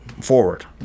forward